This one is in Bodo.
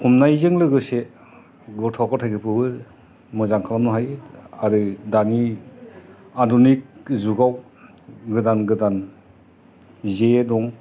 हमनायजों लोगोसे गथ' गथाइखौबो मोजां खालामनो हायो आरो दानि आदुनिख जुगाव गोदान गोदान जे दं